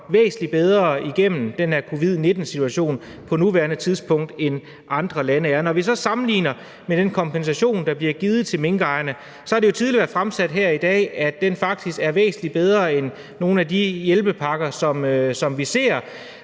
væsentlig bedre igennem den her covid-19-situation på nuværende tidspunkt, end andre lande er. Når vi så sammenligner med den kompensation, der bliver givet til minkejerne, har det jo tidligere været fremsat her i dag, at den faktisk er væsentlig bedre end nogle af de hjælpepakker, som vi ser,